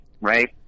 right